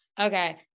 Okay